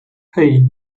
hey